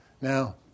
Now